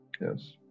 Yes